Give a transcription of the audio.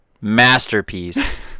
masterpiece